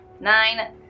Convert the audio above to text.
Nine